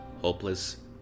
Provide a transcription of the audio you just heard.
hopeless